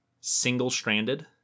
single-stranded